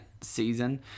season